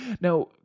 Now